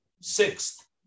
sixth